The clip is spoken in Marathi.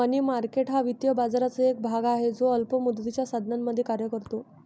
मनी मार्केट हा वित्तीय बाजाराचा एक भाग आहे जो अल्प मुदतीच्या साधनांमध्ये कार्य करतो